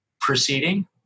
proceeding